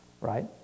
right